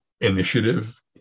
initiative